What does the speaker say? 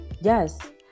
yes